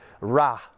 ra